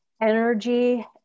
energy